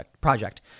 Project